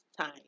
time